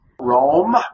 Rome